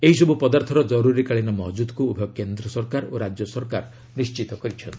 ଏହିସବୁ ପଦାର୍ଥର ଜର୍ରରିକାଳୀନ ମହଜୂଦକ୍ ଉଭୟ କେନ୍ଦ୍ର ସରକାର ଓ ରାଜ୍ୟସରକାର ନିଣ୍ଚିତ କରିଚ୍ଛନ୍ତି